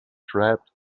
trapped